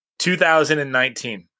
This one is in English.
2019